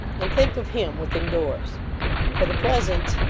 and think of him within doors for the present,